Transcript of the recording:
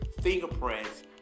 fingerprints